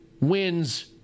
wins